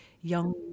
young